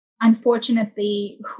unfortunately